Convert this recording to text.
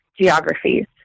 geographies